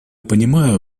понимаю